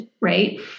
right